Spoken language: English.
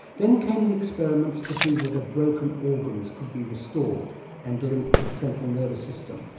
then came the experiments to see whether broken organs could be restored and linked to the central nervous system,